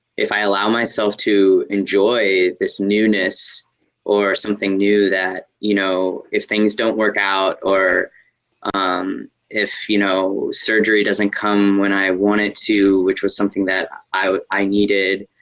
if i allow myself to enjoy this newness or something new that you know, if things don't work out or um if you know, surgery doesn't come when i want it to which was something that i i needed,